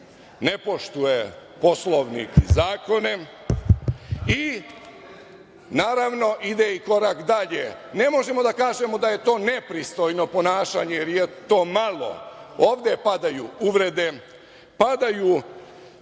ne poštuje Poslovnik i zakone i, naravno, ide i korak dalje. Ne možemo da kažemo da je to nepristojno ponašanje, jer je to malo. Ovde padaju uvrede, padaju